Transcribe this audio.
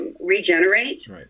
regenerate